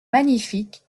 magnifique